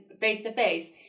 face-to-face